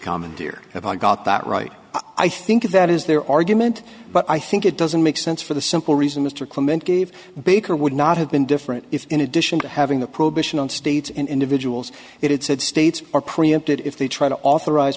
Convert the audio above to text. commandeer if i got that right i think that is their argument but i think it doesn't make sense for the simple reason mr clemente gave baker would not have been different if in addition to having the prohibition on states and individuals it said states or preempted if they try to authorize